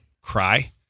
cry